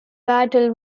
battle